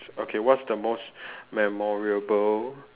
okay what's the most memorable